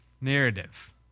narrative